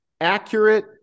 accurate